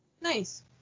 nice